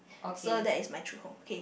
so that is my true home okay